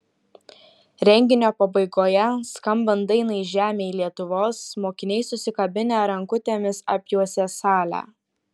renginio pabaigoje skambant dainai žemėj lietuvos mokiniai susikabinę rankutėmis apjuosė salę